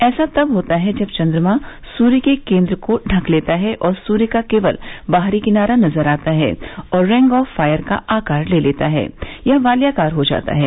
ऐसा तब होता है जब चन्द्रमा सूर्य के केन्द्र को ढंक लेता है और सूर्य का केवल बाहरी किनारा नजर आता है और रिंग ऑफ फायर का आकार ले लेता है यह वल्याकार हो जाता है